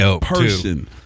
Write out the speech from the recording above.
person